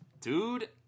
Dude